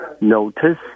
notice